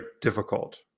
difficult